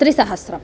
त्रिसहस्रम्